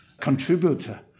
contributor